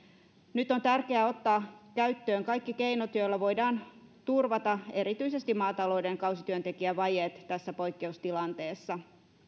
nyt on tärkeää ottaa käyttöön kaikki keinot joilla voidaan turvata erityisesti maatalouden kausityöntekijävajeet tässä poikkeustilanteessa